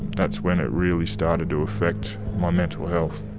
that's when it really started to affect my mental health